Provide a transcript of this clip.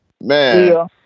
man